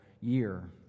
year